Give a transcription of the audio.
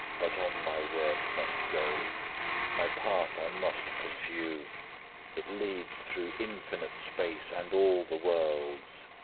but on my work must go my path i must pursue it leads through infinite space and all the worlds.